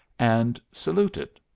and saluted.